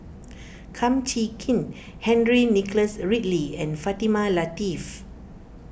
Kum Chee Kin Henry Nicholas Ridley and Fatimah Lateef